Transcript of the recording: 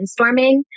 brainstorming